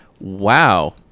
wow